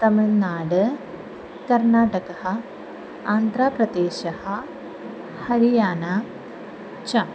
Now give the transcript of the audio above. तमिळ्नाडु कर्नाटकः आन्ध्रप्रदेशः हरियाणा च